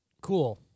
Cool